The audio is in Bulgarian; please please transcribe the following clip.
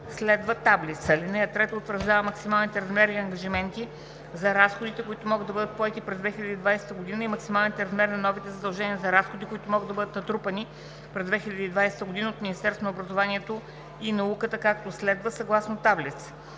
следва таблица. (3) Утвърждава максималните размери и ангажименти за разходите, които могат да бъдат поети през 2020 г. и максималният размер на новите задължения за разходи, които могат да бъдат натрупани през 2020 г. от Министерство на образованието и науката, както следва: (съгласно таблица).